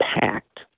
packed